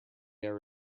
air